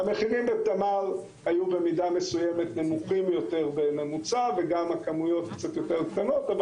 המחירים בתמר היו נמוכים יותר בממוצע וגם הכמויות קצת יותר קטנות.